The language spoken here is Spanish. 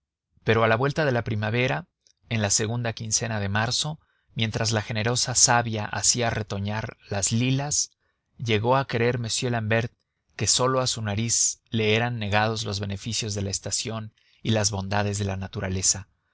pero a la vuelta de la primavera en la segunda quincena de marzo mientras la generosa savia hacía retoñar las lilas llegó a creer m l'ambert que sólo a su nariz le eran negados los beneficios de la estación y las bondades de la naturaleza